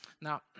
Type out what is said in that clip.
Now